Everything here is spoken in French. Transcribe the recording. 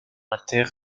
inter